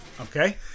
Okay